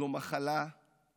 זו פשוט מחלה קשה,